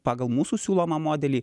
pagal mūsų siūlomą modelį